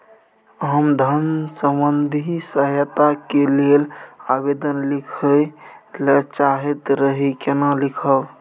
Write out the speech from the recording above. हम धन संबंधी सहायता के लैल आवेदन लिखय ल चाहैत रही केना लिखब?